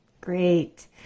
Great